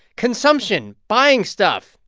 consumption buying stuff,